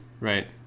right